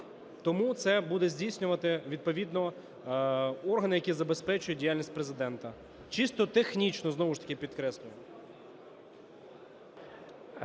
Тому це буде здійснювати, відповідно, орган, який забезпечує діяльність Президента. Чисто технічно, знову ж таки підкреслюю.